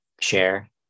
share